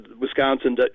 Wisconsin